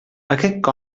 aquests